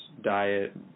diet